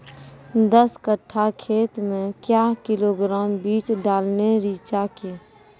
दस कट्ठा खेत मे क्या किलोग्राम बीज डालने रिचा के?